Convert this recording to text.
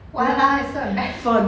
!walao! eh you so bad